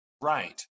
Right